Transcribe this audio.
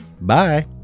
Bye